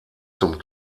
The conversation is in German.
zum